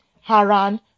Haran